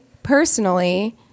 Personally